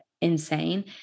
insane